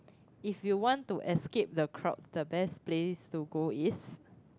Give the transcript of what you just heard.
if you want to escape the crock the best place to go is